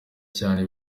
cyane